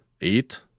Eight